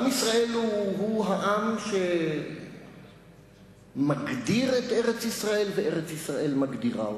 עם ישראל הוא העם שמגדיר את ארץ-ישראל וארץ-ישראל מגדירה אותו,